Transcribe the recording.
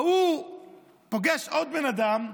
ההוא פוגש עוד בן אדם,